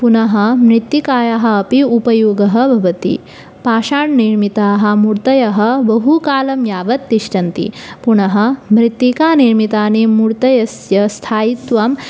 पुनः मृत्तिकायाः अपि उपयोगः भवति पाषाण्निर्मिताः मूर्तयः बहुकालं यावत् तिष्ठन्ति पुनः मृत्तिकानिर्मितानि मूर्तयस्य स्थायित्वम्